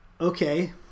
Okay